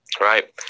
Right